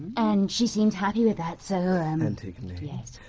and she seemed happy with that, so, er um antigone. yes?